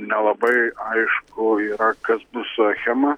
nelabai aišku yra kas bus su achema